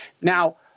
now